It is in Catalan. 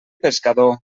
pescador